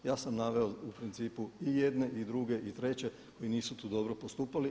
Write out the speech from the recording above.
Ja sam naveo u principu i jedne i druge i treće koji nisu tu dobro postupali.